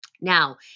now